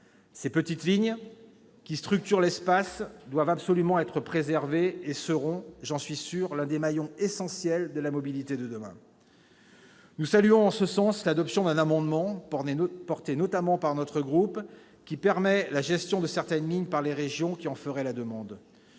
Ces petites lignes qui structurent l'espace doivent absolument être préservées et seront, j'en suis sûr, l'un des maillons essentiels de la mobilité de demain. Nous saluons à ce titre l'adoption d'un amendement, soutenu notamment par notre groupe, qui permet la gestion de certaines lignes par les régions qui en feraient la demande.